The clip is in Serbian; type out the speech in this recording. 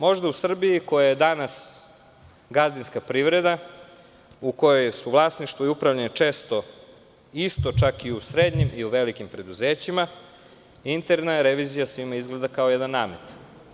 Možda u Srbiji koja je danas gazdinska privreda, u kojoj su vlasništvo i upravljanje često isto čak i u srednjim i u velikim preduzećima, interna revizija svima izgleda kao jedan veliki namet.